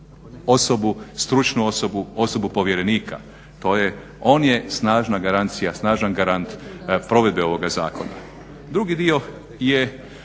osobu, stručnu osobu, osobu povjerenika. To je, on je snažna garancija, snažan garant provedbe ovoga zakona. Drugi dio je,